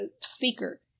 speaker